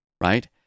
Right